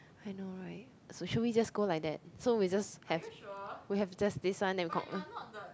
I know right so should we just go like that so we just have we have just this one then we